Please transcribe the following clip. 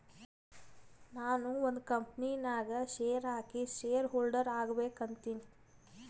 ನಾನು ಒಂದ್ ಕಂಪನಿ ನಾಗ್ ಶೇರ್ ಹಾಕಿ ಶೇರ್ ಹೋಲ್ಡರ್ ಆಗ್ಬೇಕ ಅಂತೀನಿ